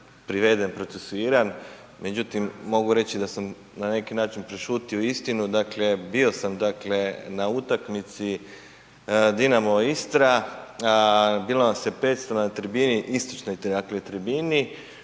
priveden, procesuiran, međutim, mogu reći da sam na neki način prešutio istinu. Dakle, bio sam dakle na utakmici Dinamo – Istra, bilo nas je 500 na tribini, istočnoj dakle tribini,